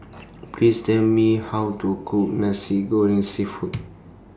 Please Tell Me How to Cook Nasi Goreng Seafood